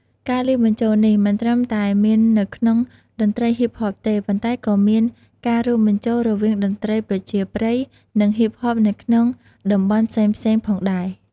នេះបង្ហាញថា ការច្នៃប្រឌិតរបស់នាងមានការរួមបញ្ចូលប្រពៃណីជាមួយស្ទីលសម័យថ្មី។